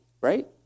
right